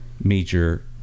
major